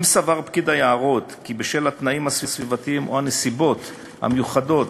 אם סבר פקיד היערות כי בשל התנאים הסביבתיים או הנסיבות המיוחדות